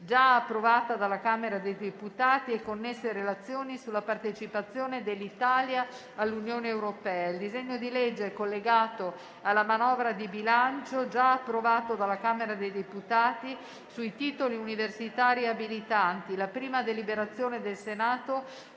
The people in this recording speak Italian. già approvata dalla Camera dei deputati, e connesse relazioni sulla partecipazione dell'Italia all'Unione europea; il disegno di legge, collegato alla manovra di bilancio, già approvato dalla Camera dei deputati, sui titoli universitari abilitanti; la prima deliberazione del Senato